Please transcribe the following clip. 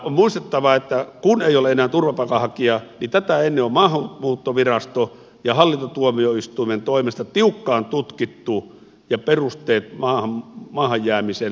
on muistettava että kun ei ole enää turvapaikanhakija niin tätä ennen on maahanmuuttoviraston ja hallintotuomioistuimen toimesta tiukkaan tutkittu ja perusteet maahan jäämiselle evätty